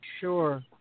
Sure